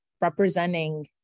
representing